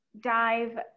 dive